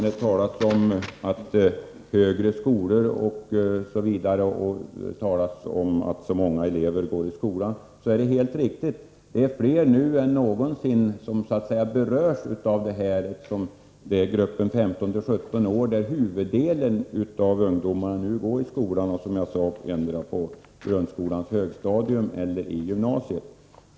Det talas om att så många ungdomar går i skolan. Det är helt riktigt. Det är fler nu än någonsin som berörs av detta förslag. Det gäller gruppen 15-17 år, där huvuddelen av ungdomarna går i skola, endera i grundskolans högstadium eller i gymnasiet.